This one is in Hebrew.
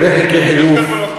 לגבי חלקי חילוף,